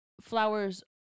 flowers